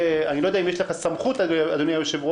אני לא יודע אם יש לך סמכות, אדוני היושב-ראש,